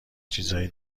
چیزای